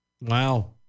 Wow